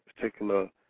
particular